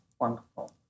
wonderful